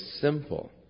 simple